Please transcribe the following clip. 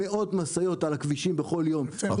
יש כל יום מאות משאיות על הכבישים.